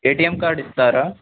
ఏ T M card ఇస్తారా